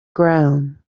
ground